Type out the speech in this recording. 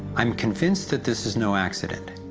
i'm convinced that this is no accident.